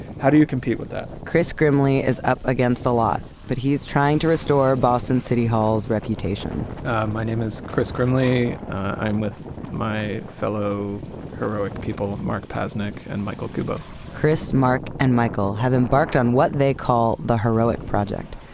how do you compete with that? chris grimly is up against a lot, but he's trying to restore boston city hall's reputation my name is chris grimly. i'm with my fellow heroic people. mark pasnik and michael kubo chris, mark and michael have embarked on what they call the heroic project,